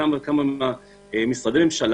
בכמה וכמה משרדי ממשלה,